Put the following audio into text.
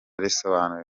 risobanura